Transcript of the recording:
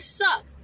suck